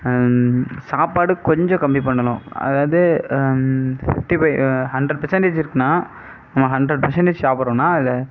சாப்பாடு கொஞ்சம் கம்மி பண்ணணும் அதாவது ஃபிப்டி ஃபை ஹண்ட்ரட் பெர்சன்டேஜ் இருக்குதுனா நம்ம ஹண்ட்ரட் பெர்சன்டேஜ் சாப்பிட்றோனா அதில்